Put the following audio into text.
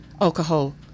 alcohol